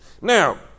Now